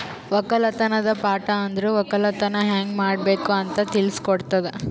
ಒಕ್ಕಲತನದ್ ಪಾಠ ಅಂದುರ್ ಒಕ್ಕಲತನ ಹ್ಯಂಗ್ ಮಾಡ್ಬೇಕ್ ಅಂತ್ ತಿಳುಸ್ ಕೊಡುತದ